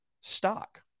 stock